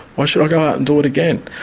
why should i go out and do it again?